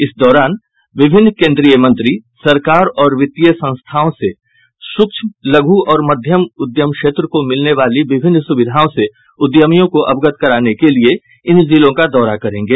इस दौरान विभिन्न केन्द्रीय मंत्री सरकार और वित्तीय संस्थाओं से सूक्ष्म लघु और मध्यम उद्यम क्षेत्र को मिलने वाली विभिन्न सुविधाओं से उद्यमियों को अवगत कराने के लिये इन जिलों का दौरा करेंगे